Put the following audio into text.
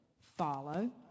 follow